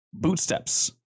bootsteps